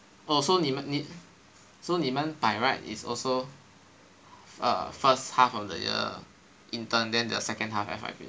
oh so 你们 so 你们 by right is also err first half of the year intern then your second half F_Y_P